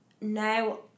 now